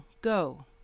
Go